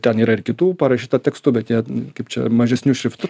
ten yra ir kitų parašyta tekstų bet jie kaip čia mažesniu šriftu